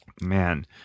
man